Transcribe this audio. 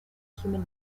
human